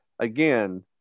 again